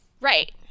Right